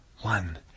one